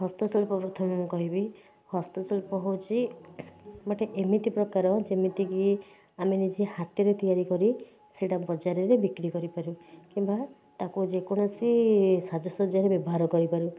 ହସ୍ତଶିଳ୍ପ କଥା ମୁଁ କହିବି ହସ୍ତଶିଳ୍ପ ହେଉଛି ଗୋଟେ ଏମିତି ପ୍ରକାର ଯେମିତିକି ଆମେ ନିଜେ ହାତରେ ତିଆରି କରି ସେଇଟା ବଜାରରେ ବିକ୍ରି କରିପାରୁ କିମ୍ବା ତା'କୁ ଯେକୌଣସି ସାଜ୍ଜସଜ୍ଜାରେ ବ୍ୟବହାର କରିପାରୁ